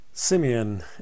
Simeon